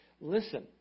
Listen